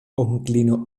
onklino